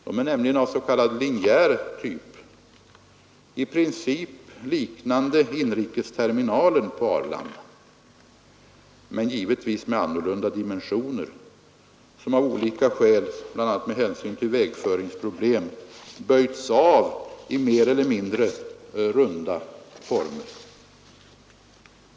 De är nämligen av s.k. linjär typ, i princip liknande inrikesterminalen på Arlanda — men givetvis med annorlunda dimensioner — som av olika skäl, bl.a. med hänsyn till vägföringsproblem, böjts av i mer eller mindre runda former.